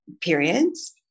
periods